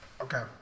Okay